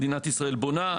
מדינת ישראל בונה.